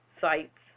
sites